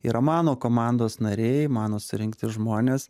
yra mano komandos nariai mano surinkti žmonės